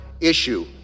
issue